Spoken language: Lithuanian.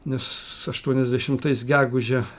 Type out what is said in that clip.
nes aštuoniasdešimtais gegužę